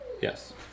Yes